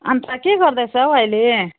अन्त के गर्दैछौ अहिले